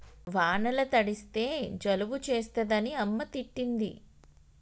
వానల తడిస్తే జలుబు చేస్తదని అమ్మ తిట్టింది